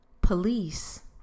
police